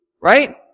Right